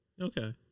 Okay